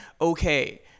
okay